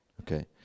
Okay